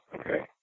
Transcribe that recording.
Okay